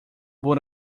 bom